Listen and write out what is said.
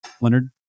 Leonard